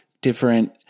different